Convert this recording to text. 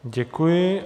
Děkuji.